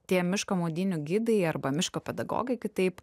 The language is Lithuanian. tie miško maudynių gidai arba miško pedagogai kitaip